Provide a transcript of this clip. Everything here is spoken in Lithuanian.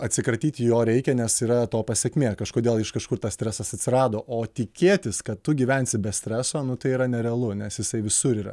atsikratyti jo reikia nes yra to pasekmė kažkodėl iš kažkur tas stresas atsirado o tikėtis kad tu gyvensi be streso nu tai yra nerealu nes jisai visur yra